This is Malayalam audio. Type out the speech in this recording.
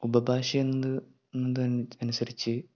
ഉപഭാഷ എന്നത് എന്നത് അനുസരിച്ച്